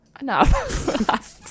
Enough